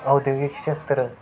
औदयोगिक क्षेत्र